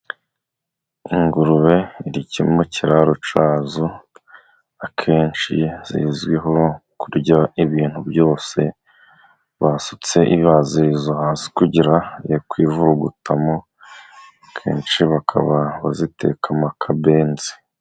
Ingurube irike mu kiraro cyazo akenshi zizwiho kurya ibintu byose basutse ibazi zo hasi, kugira yakwivurugutamo kenshi bakaba bazitekamo kabenzi.